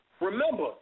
Remember